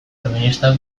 feministak